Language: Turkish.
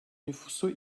nüfusu